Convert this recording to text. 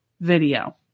video